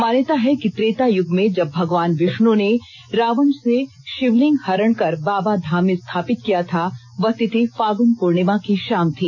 मान्यता है कि त्रेता यूग में जब भगवान विष्णु ने रावण से शिवलिंग हरण कर बाबा धाम में स्थापित किया था वह तिथि फाल्गुन पूर्णिमा की शाम थी